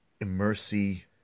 Mercy